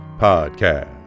Podcast